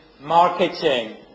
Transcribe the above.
marketing